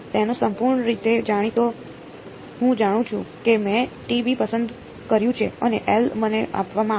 તેનો સંપૂર્ણ રીતે જાણીતો હું જાણું છું કે મેં t b પસંદ કર્યું છે અને L મને આપવામાં આવ્યું છે